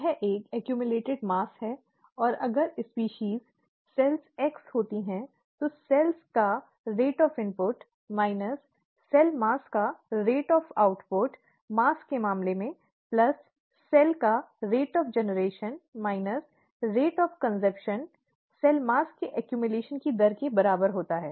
यह एक संचित द्रव्यमान है और अगर प्रजातियां कोशिकाएं x होती हैं तो कोशिकाओं का इनपुट की दर माइनस सेल द्रव्यमान का आउटपुट की दर द्रव्यमान के मामले में प्लस सेल्स का उत्पादन की दर माइनस सेल्स के खपत की दर कोशिका द्रव्यमान के संचय की दर के बराबर होता है